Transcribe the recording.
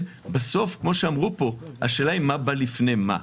בסוף, כמו שאמרו פה, השאלה היא מה בא לפני מה.